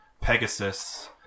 Pegasus